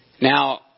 Now